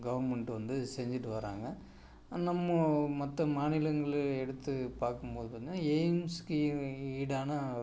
government வந்து செஞ்சிகிட்டு வராங்கள் நம்ம மற்ற மாநிலங்களை எடுத்து பார்க்கும் போது வந்து எய்ம்ஸ் ஸ்கீம் ஈடான ஒரு